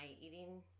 eating